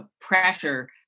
pressure